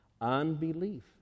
unbelief